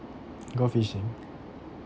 go fishing